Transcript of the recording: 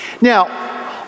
Now